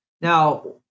Now